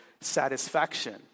satisfaction